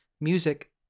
music